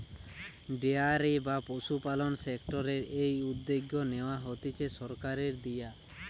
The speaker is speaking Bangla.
ডেয়ারি বা পশুপালন সেক্টরের এই উদ্যগ নেয়া হতিছে সরকারের দিয়া